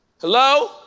Hello